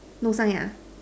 no sign ah